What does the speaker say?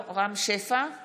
רם שפע,